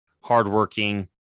hardworking